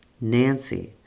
Nancy